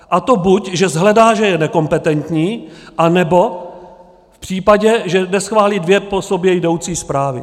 A to buď že shledá, že je nekompetentní, anebo v případě, že neschválí dvě po sobě jdoucí zprávy.